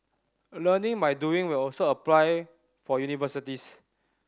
learning by doing will also apply for universities